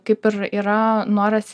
kaip ir yra noras